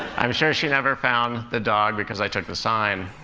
i'm sure she never found the dog, because i took the sign.